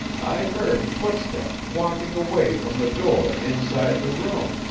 i heard footsteps walking away from the door inside the room.